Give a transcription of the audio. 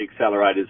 accelerators